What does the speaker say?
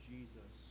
Jesus